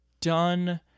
done